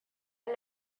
and